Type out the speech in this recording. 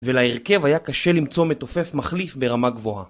ולהרכב היה קשה למצוא מתופף מחליף ברמה גבוהה.